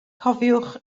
cofiwch